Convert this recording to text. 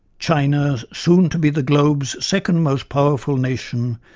china, soon to be the globe's second most powerful nation,